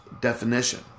definition